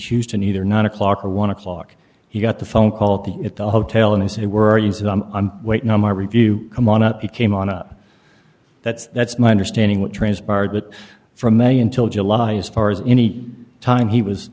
houston either nine o'clock or one o'clock he got the phone call at the at the hotel and say were you i'm waiting on my review come on up it came on up that's that's my understanding what transpired that from may until july as far as any time he was